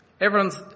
Everyone's